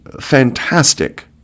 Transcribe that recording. fantastic